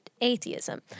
atheism